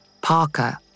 Parker